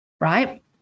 right